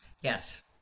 Yes